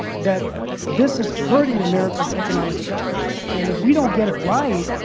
that this is hurting america's economic strategy. and if we don't get it right,